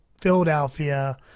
Philadelphia